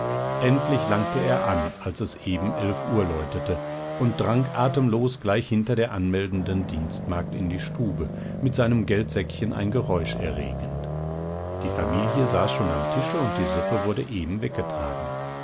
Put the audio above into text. endlich langte er an als es eben elf uhr läutete und drang atemlos gleich hinter der anmeldenden dienstmagd in die stube mit seinem geldsäckchen ein geräusch erregend die familie saß schon am tische und die suppe wurde eben weggetragen